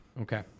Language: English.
Okay